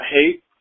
hate